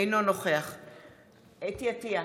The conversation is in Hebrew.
אינו נוכח חוה אתי עטייה,